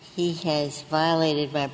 he has violated by